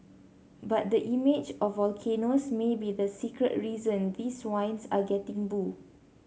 but the image of volcanoes may be the secret reason these wines are getting bu